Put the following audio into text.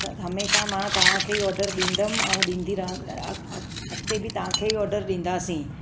sir हमेशह मां तव्हांखे ई ऑडर ॾींदमि ऐं ॾींदी रहनि ऐं अॻिते बि तव्हांखे ई ऑडर ॾींदासीं